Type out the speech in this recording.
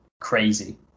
crazy